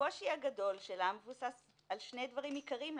הקושי הגדול שלה מבוסס על שני דברים עיקריים,